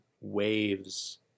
waves